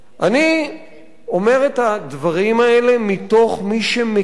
אני אומר את הדברים האלה מתוך, כמי שמכיר את